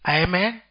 amen